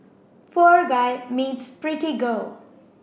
poor guy meets pretty girl